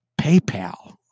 PayPal